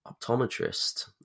optometrist